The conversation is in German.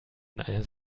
eines